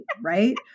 right